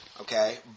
okay